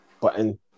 button